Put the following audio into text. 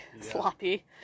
Sloppy